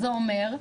זה אומר,